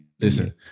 Listen